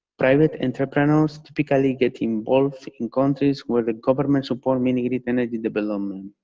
private entrepreneurs typically get involved in countries where the government support mini-grid energy development.